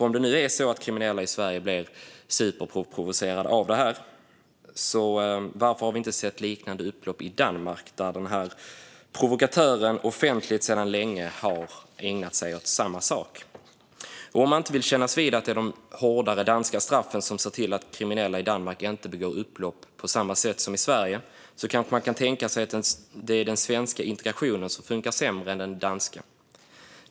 Om det nu är så att kriminella i Sverige blir superprovocerade av det här, varför har vi då inte sett liknande upplopp i Danmark, där den här provokatören offentligt länge har ägnat sig åt samma sak? Om man inte vill kännas vid att det är de hårdare danska straffen som ser till att kriminella i Danmark inte begår upplopp på samma sätt som i Sverige kanske man kan tänka sig att det är den svenska integrationen som funkar sämre än den danska.